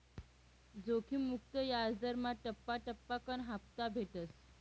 जोखिम मुक्त याजदरमा टप्पा टप्पाकन हापता भेटस